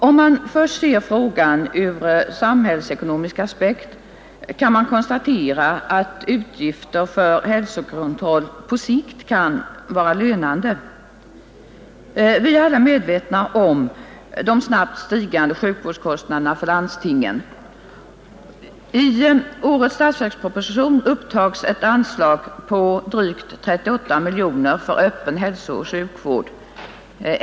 Om man först ser på frågan från samhällsekonomisk aspekt kan man konstatera att utgifter för hälsokontroll på sikt kan vara lönande. Vi är ju alla medvetna om de snabbt stigande sjukvårdskostnaderna för landstingen. I årets statsverksproposition upptages ett anslag på drygt 38 miljoner kronor för öppen hälsooch sjukvård.